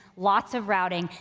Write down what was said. lots of routing,